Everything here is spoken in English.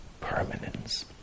permanence